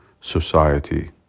society